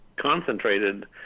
Concentrated